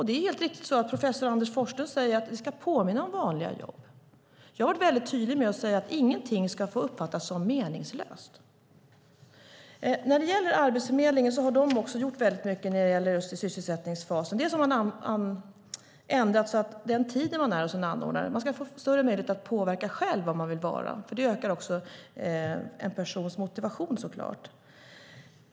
Det är helt riktigt så att professor Anders Forslund säger att det ska påminna om vanliga jobb. Jag har varit väldigt tydlig med att ingenting ska få uppfattas som meningslöst. När det gäller Arbetsförmedlingen har de också gjort väldigt mycket när det gäller sysselsättningsfasen. Det som har ändrats är tiden man är hos en anordnare, att man ska få större möjligheter att själv påverka var man vill vara, för det ökar såklart också en persons motivation.